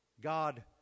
God